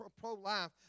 pro-life